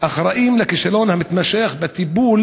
אחראים לכישלון המתמשך בטיפול